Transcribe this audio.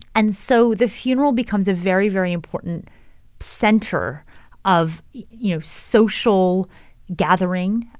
and so the funeral becomes a very, very important center of, you know, social gathering.